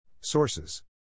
Sources